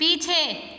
पीछे